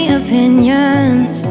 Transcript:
opinions